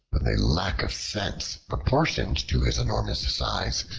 with a lack of sense proportioned to his enormous size,